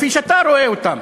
כפי שאתה רואה אותם.